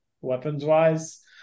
weapons-wise